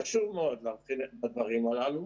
חשוב מאוד להתחיל בדברים הללו.